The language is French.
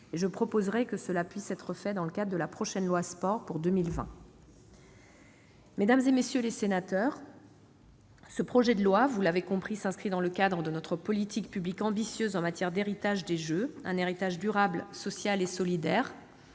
je proposerai que cela puisse être fait dans le cadre de la prochaine loi Sport, en 2020. Mesdames, messieurs les sénateurs, ce projet de loi, vous l'avez compris, s'inscrit dans le cadre d'une politique publique ambitieuse en matière d'héritage des Jeux de 2024. C'est un héritage durable, social et solidaire.